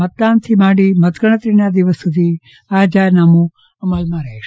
મતદાન દિવસથી માંડી મતગજ્ઞતરીના દિવસ સુધી આ જાહેરનામું અમલમાં રહેશે